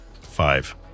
Five